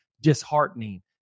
disheartening